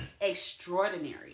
Extraordinary